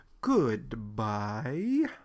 Goodbye